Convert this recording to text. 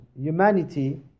humanity